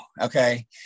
Okay